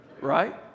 right